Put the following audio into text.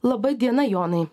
laba diena jonai